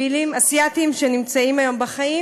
פילים אסייתיים שנמצאים היום בחיים.